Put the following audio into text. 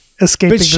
escaping